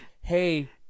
hey